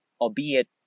albeit